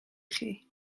chi